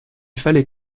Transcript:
fallait